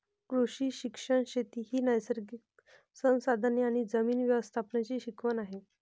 कृषी शिक्षण शेती ही नैसर्गिक संसाधने आणि जमीन व्यवस्थापनाची शिकवण आहे